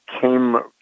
came